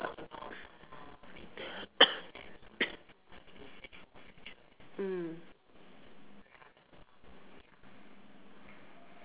mm